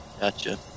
gotcha